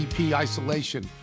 Isolation